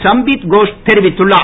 சம்பீத் கோஷ் தெரிவித்துள்ளார்